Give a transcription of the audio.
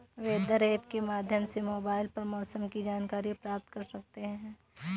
weather app के माध्यम से मोबाइल पर मौसम की जानकारी प्राप्त कर सकते हैं